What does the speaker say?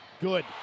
good